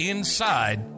Inside